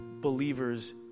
believers